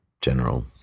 General